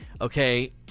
okay